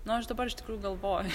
nu dabar iš tikrųjų galvoju